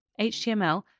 HTML